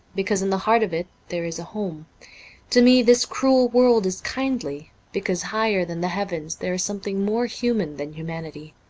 because in the heart of it there is a home to me this cruel world is kindly, because higher than the heavens there is something more human than humanity.